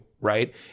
Right